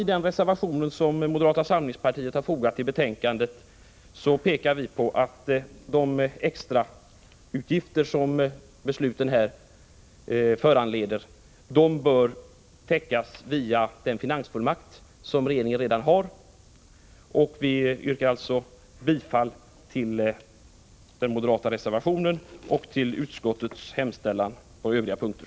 I den reservation som moderata samlingspartiet fogat till betänkandet pekar vi på att de extra utgifter som besluten här föranleder bör täckas via den finansfullmakt som regeringen redan har. Jag yrkar bifall till den moderata reservationen och till utskottets hemställan på övriga punkter.